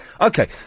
Okay